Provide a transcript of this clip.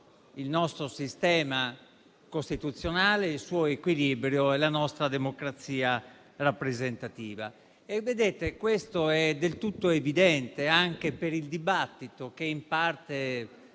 il nostro sistema costituzionale, il suo equilibrio e la nostra democrazia rappresentativa vengano colpiti al cuore. Questo è del tutto evidente anche per il dibattito che in parte